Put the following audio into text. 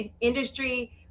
Industry